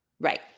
Right